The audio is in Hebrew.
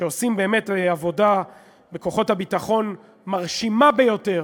שעושים עבודה מרשימה ביותר